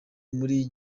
muri